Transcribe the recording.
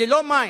ללא מים,